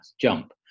jump